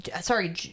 Sorry